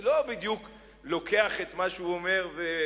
אני לא בדיוק לוקח את מה שהוא אומר ואומר,